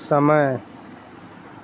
समय